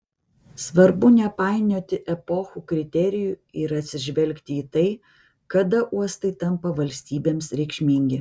svarbu nepainioti epochų kriterijų ir atsižvelgti į tai kada uostai tampa valstybėms reikšmingi